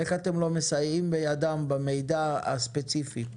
איך אתם לא מסייעים בידם במידע הספציפי?